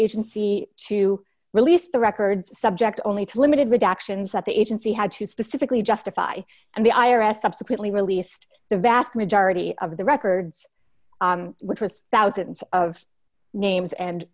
agency to release the records subject only to limited redactions that the agency had to specifically justify and the i r s subsequently released the vast majority of the records which was thousands of names and